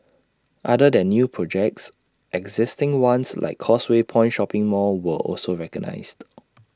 other than new projects existing ones like causeway point shopping mall were also recognised